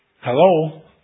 Hello